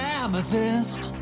amethyst